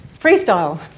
Freestyle